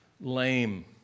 lame